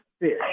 fish